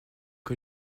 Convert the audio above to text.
que